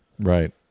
Right